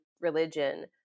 religion